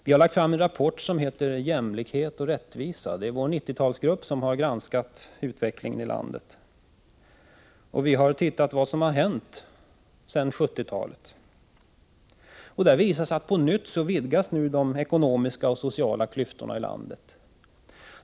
Vi har lagt fram en rapport som heter Jämlikhet och rättvisa. Det är vår 90-talsgrupp som har granskat utvecklingen i landet, och vi har undersökt vad som hänt sedan 70-talet. Det visar sig att på nytt vidgas nu de ekonomiska och sociala klyftorna i landet.